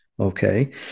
Okay